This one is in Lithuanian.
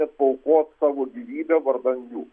net paaukot savo gyvybę vardan jų